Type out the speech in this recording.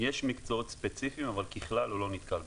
יש מקצועות ספציפיים אבל ככלל, הוא לא נתקל בקושי.